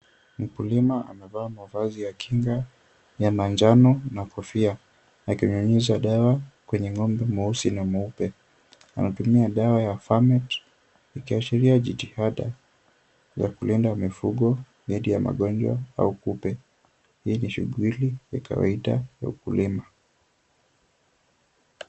Mkulima amevaa mavazi ya kinga ya majano na kofia akinyunyiza dawa kwenye ng'ombe mweusi na mweupe. Anatumia dawa ya famet ikiashiria jitihada ya kulinda mifugo dhidi ya magonjwa au kupe. Hii ni shughuli ya kawaida ya ukulima.